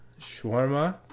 Shawarma